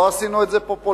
לא עשינו את זה פופוליסטי,